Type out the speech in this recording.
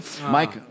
Mike